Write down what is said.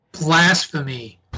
Blasphemy